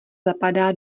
zapadá